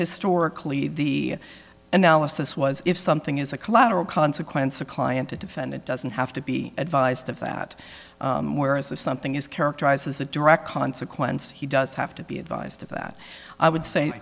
historically the analysis was if something is a collateral consequence a client a defendant doesn't have to be advised of that whereas if something is characterized as a direct consequence he does have to be advised of that i would say